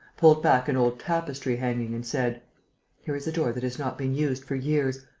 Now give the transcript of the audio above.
pulled back an old tapestry-hanging, and said here is a door that has not been used for years.